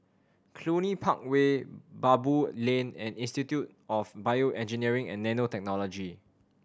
Cluny Park Way Baboo Lane and Institute of BioEngineering and Nanotechnology